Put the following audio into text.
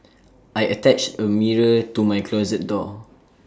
I attached A mirror to my closet door